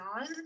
on